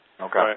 Okay